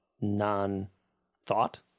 non-thought